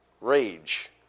rage